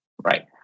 right